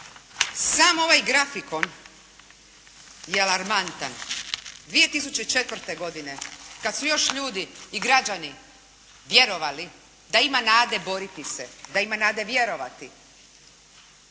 Sam ovaj grafikon je alarmantan. 2004. godine kad su još ljudi i građani vjerovali da ima nade boriti se, da ima nade vjerovati,